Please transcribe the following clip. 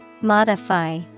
Modify